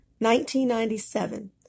1997